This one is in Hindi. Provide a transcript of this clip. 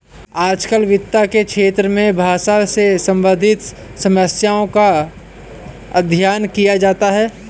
आजकल वित्त के क्षेत्र में भाषा से सम्बन्धित समस्याओं का अध्ययन किया जाता है